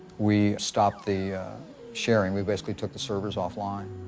we stopped the sharing. we basically took the servers offline.